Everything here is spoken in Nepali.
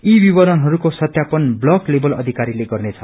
यी विवरणहरूको सत्यापन ब्लाक लेवल अधिकरीले गन्नेछ